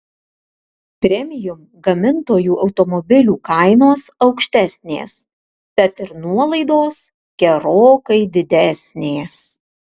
premium gamintojų automobilių kainos aukštesnės tad ir nuolaidos gerokai didesnės